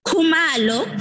Kumalo